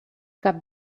cap